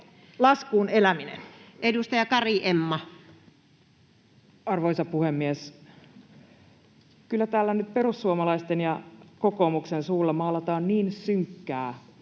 laskuun eläminen? Edustaja Kari, Emma. Arvoisa puhemies! Kyllä täällä nyt perussuomalaisten ja kokoomuksen suulla maalataan niin synkkää,